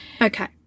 Okay